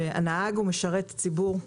הנהג הוא משרת ציבור.